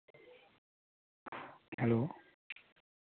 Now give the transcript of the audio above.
hello